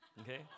okay